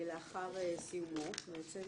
לאחר סיומו בעצם